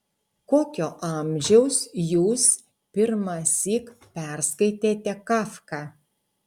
kokio amžiaus jūs pirmąsyk perskaitėte kafką